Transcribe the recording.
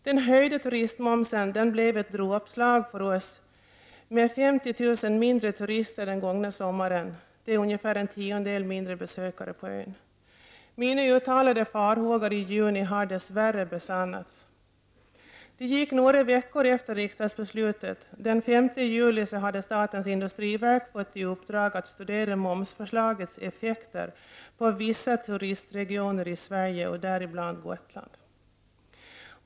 Den höjda turistmomsen blev ett dråpslag för oss med 50 000 färre turister den gångna sommaren, ungefär en tiondel färre besökare på ön. Mina uttalade farhågor i juni har dess värre besannats. Det gick några veckor efter riksdagsbeslutet, och den 5 juli hade statens industriverk fått i uppdrag att studera momsförslagets effekter på vissa turistregioner i Sverige, däribland Gotland.